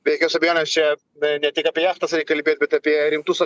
be jokios abejonės čia beje ne tik apie jachtas reik kalbėt bet apie rimtus